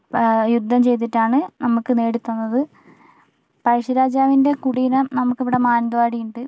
യുദ്ധം ചെയ്തിട്ടാണ് നമുക്ക് നേടിത്തന്നത് പഴശ്ശിരാജാവിൻ്റെ കുടീരം നമുക്ക് ഇവിടെ മാനന്തവാടി ഉണ്ട്